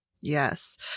Yes